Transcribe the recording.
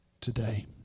today